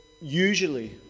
usually